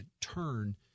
turn